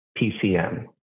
PCM